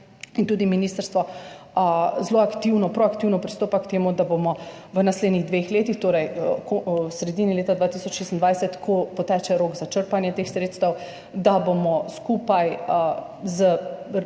in tudi ministrstvo zelo aktivno, proaktivno pristopa k temu, da bomo v naslednjih dveh letih, torej v sredini leta 2026, ko poteče rok za črpanje teh sredstev, skupaj z